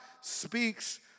speaks